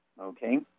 okay